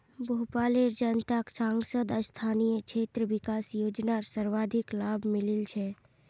भोपालेर जनताक सांसद स्थानीय क्षेत्र विकास योजनार सर्वाधिक लाभ मिलील छ